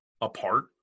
apart